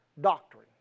doctrine